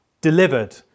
delivered